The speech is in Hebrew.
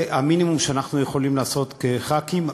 זה המינימום שאנחנו יכולים לעשות כחברי כנסת.